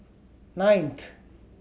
ninth